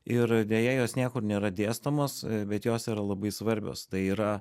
ir deja jos niekur nėra dėstomos bet jos yra labai svarbios tai yra